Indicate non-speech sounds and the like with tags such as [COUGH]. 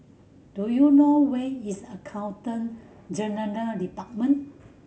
do you know where is Accountant [UNINTELLIGIBLE] Department